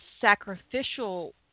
sacrificial